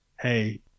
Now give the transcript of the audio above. hey